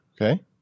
Okay